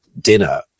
dinner